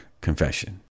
confession